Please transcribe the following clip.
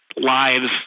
lives